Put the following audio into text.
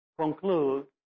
conclude